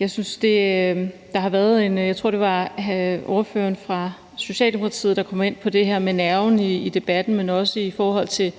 Jeg tror, det var ordføreren fra Socialdemokratiet, der kom ind på det her med nerven i debatten og også talte om